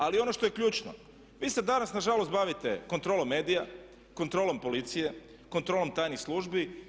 Ali ono što je ključno vi se danas nažalost bavite kontrolom medija, kontrolom policije, kontrolom tajnih službi.